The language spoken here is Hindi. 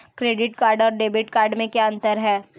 क्रेडिट कार्ड और डेबिट कार्ड में क्या अंतर है?